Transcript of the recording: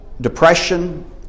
depression